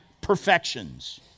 perfections